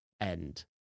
End